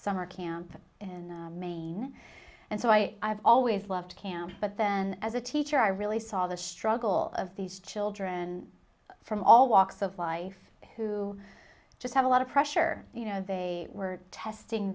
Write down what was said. summer camp in maine and so i always loved to camp but then as a teacher i really saw the struggle of these children from all walks of life who just had a lot of pressure you know they were testing